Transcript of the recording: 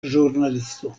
ĵurnalisto